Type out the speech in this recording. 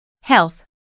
Health